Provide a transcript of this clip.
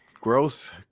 gross